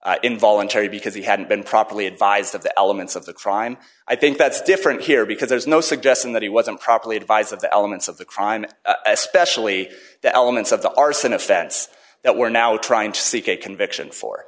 plea involuntary because he hadn't been properly advised of the elements of the crime i think that's different here because there's no suggestion that he wasn't properly advised of the elements of the crime especially the elements of the arson offense that we're now trying to seek a conviction for